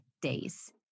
days